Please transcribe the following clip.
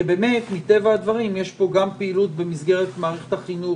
מטבע הדברים יש גם פעילות במסגרת מערכת החינוך